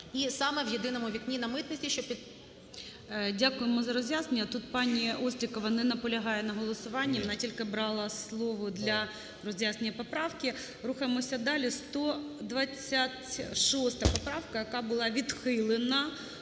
і саме в "єдиному вікні" на митниці, що... ГОЛОВУЮЧИЙ. Дякуємо за роз'яснення. Тут пані Острікова не наполягає на голосуванні. Вона тільки брала слово для роз'яснення поправки. Рухаємося далі. 126 поправка, яка була відхилена.